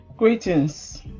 Greetings